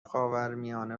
خاورمیانه